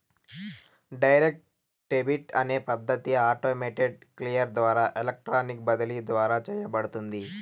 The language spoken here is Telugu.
డైరెక్ట్ డెబిట్ అనే పద్ధతి ఆటోమేటెడ్ క్లియర్ ద్వారా ఎలక్ట్రానిక్ బదిలీ ద్వారా చేయబడుతుంది